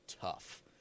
tough